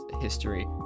history